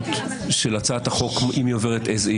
זאת אומרת שלפי